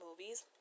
movies